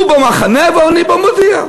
הוא ב"במחנה", ואני ב"המודיע".